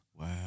Wow